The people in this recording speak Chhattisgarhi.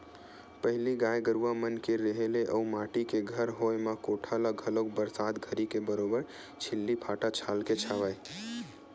पहिली गाय गरुवा मन के रेहे ले अउ माटी के घर होय म कोठा ल घलोक बरसात घरी के बरोबर छिल्ली फाटा डालके छावय